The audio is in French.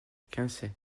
quinçay